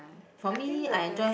I think the best